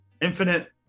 Infinite